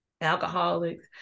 alcoholics